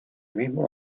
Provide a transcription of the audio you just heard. mismo